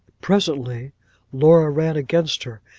presently laura ran against her,